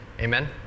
Amen